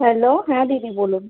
hello হ্যাঁ দিদি বলুন